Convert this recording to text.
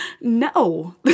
No